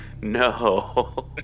No